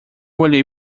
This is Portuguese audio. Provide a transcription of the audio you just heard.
olhei